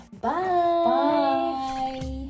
Bye